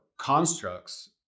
constructs